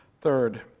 Third